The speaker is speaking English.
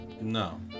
No